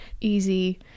easy